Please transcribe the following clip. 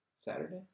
Saturday